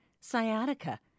sciatica